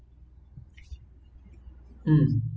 um